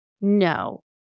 No